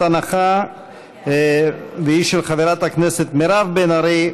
הנחה והיא של חברת הכנסת מירב בן ארי.